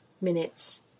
minutes